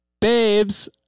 Babes